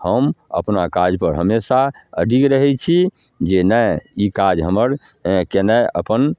हम अपना काजपर हमेशा अडिग रहै छी जे नहि ई काज हमर हेँ केनाइ अपन